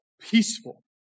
peaceful